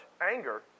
anger